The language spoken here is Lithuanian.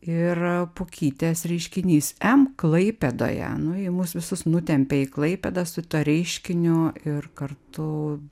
ir pukytės reiškinys em klaipėdoje nu ji mus visus nutempė į klaipėdą su tuo reiškiniu ir kartu